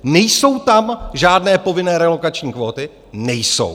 Nejsou tam žádné povinné relokační kvóty nejsou.